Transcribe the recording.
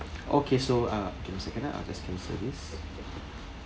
okay so uh give me a second ah ah testing service